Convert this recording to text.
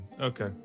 Okay